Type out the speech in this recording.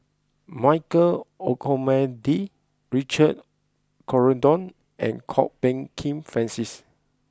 Michael Olcomendy Richard Corridon and Kwok Peng Kin Francis